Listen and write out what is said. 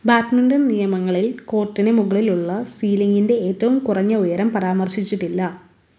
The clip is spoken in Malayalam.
ബാഡ്മിൻറ്റൺ നിയമങ്ങളിൽ കോർട്ടിന് മുകളിലുള്ള സീലിംഗിൻ്റെ ഏറ്റവും കുറഞ്ഞ ഉയരം പരാമർശിച്ചിട്ടില്ല